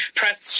press